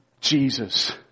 Jesus